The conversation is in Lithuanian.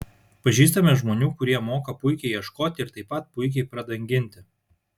pažįstame žmonių kurie moka puikiai ieškoti ir taip pat puikiai pradanginti